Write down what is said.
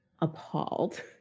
appalled